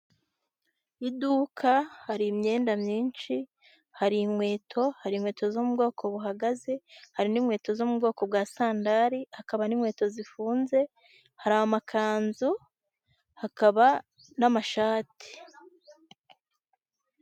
Iduka, hari imyenda myinshi, hari inkweto, hari inkweto zo mu bwoko buhagaze, hari n'inkweto zo mu bwoko bwa sandari, hakaba n'inkweto zifunze, hari amakanzu, hakaba n'amashati.